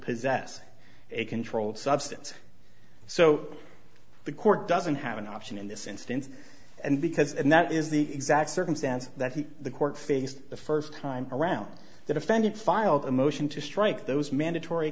possess a controlled substance so the court doesn't have an option in this instance and because and that is the exact circumstance that he the court faced the first time around the defendant filed a motion to strike those mandatory